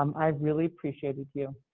um i've really appreciated you.